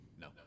No